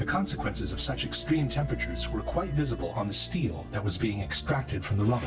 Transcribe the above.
the consequences of such extreme temperatures were quite visible on the steel that was being extracted from